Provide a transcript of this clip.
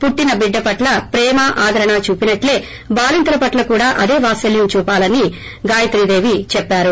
పుట్టిన బిడ్డ పట్ల ప్రేమఆదరణ చూపినట్లే బాలింత పట్ల కూడా అదే వాత్పల్యం చూపాలని గాయిత్రి దేవి చెప్పారు